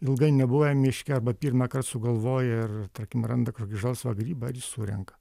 ilgai nebuvę miške arba pirmąkart sugalvoja ir tarkim randa kokį žalsvą grybą ir jį surenka